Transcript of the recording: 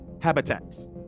habitats